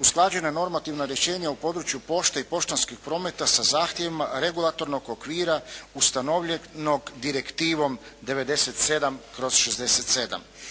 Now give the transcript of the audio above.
usklađena normativna rješenja u području pošte i poštanskih prometa sa zahtjevima regulatornog okvira ustanovljeno Direktivom 97/67.